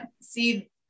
see